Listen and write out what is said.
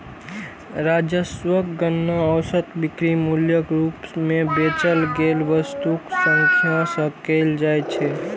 राजस्वक गणना औसत बिक्री मूल्यक रूप मे बेचल गेल वस्तुक संख्याक सं कैल जाइ छै